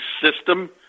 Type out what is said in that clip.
system